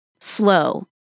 slow